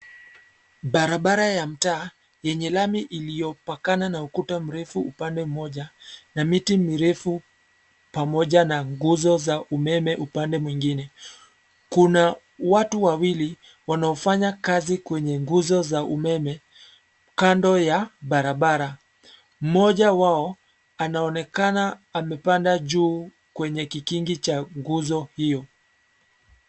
Barabara ya mtaa, yenye lami iliyopakana na ukuta mrefu upande mmoja, na miti mirefu, pamoja na nguzo za umeme upande mwingine, kuna, watu wawili, wanaofanya kazi kwenye nguzo za umeme, kando ya, barabara, mmoja wao, anaonekana amepanda juu, kwenye kikingi cha nguzo hiyo.